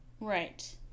Right